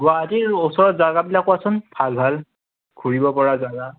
গুৱাহাটীৰ ওচৰত জেগাবিলাক কোৱাচোন ভাল ভাল ঘূৰিব পৰা জেগা